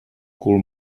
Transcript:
cul